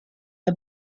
are